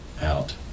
out